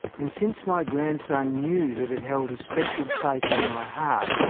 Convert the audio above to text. and since my grandson knew that it held a special place in my heart,